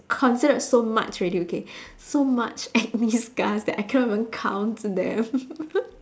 considered so much already okay so much acne scars that I cannot even count them